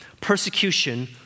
Persecution